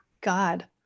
God